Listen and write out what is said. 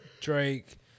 Drake